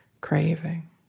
craving